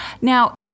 Now